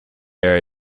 area